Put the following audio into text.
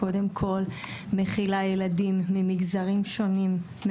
קודם כל היא מכילה ילדים ממגזרים שונים,